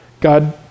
God